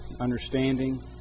understanding